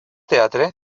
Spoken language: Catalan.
teatre